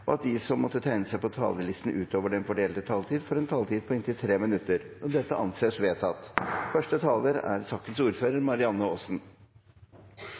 og at de som måtte tegne seg på talerlisten utover den fordelte taletid, får en taletid på inntil 3 minutter. – Det anses vedtatt.